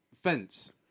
Fence